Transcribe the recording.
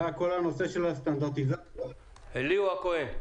ליהוא הכהן.